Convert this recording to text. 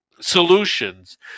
solutions